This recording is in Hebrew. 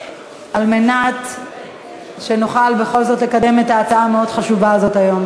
כדי שנוכל בכל זאת לקדם את ההצעה המאוד-חשובה הזאת היום.